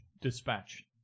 dispatch